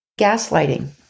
Gaslighting